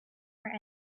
our